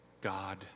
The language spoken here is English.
God